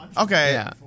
okay